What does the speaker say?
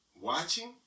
watching